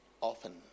often